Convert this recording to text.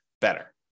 better